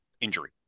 injury